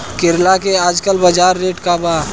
करेला के आजकल बजार रेट का बा?